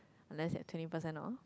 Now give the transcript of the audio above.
unless you get twenty percent off